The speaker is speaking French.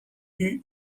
eut